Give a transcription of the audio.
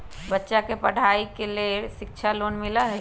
बच्चा के पढ़ाई के लेर शिक्षा लोन मिलहई?